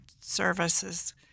services